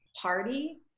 party